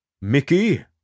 Mickey